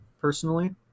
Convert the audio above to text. personally